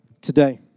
Today